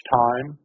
time